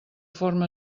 forma